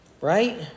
right